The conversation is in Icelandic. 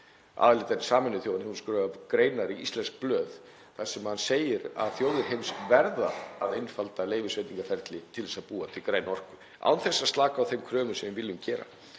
aðalritari Sameinuðu þjóðanna, hefur skrifað greinar í íslensk blöð þar sem hann segir að þjóðir heims verði að einfalda leyfisveitingaferli til þess að búa til græna orku, án þess að slaka á þeim kröfum sem við viljum gera.